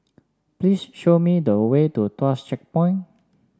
please show me the way to Tuas Checkpoint